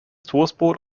toastbrot